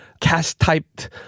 cast-typed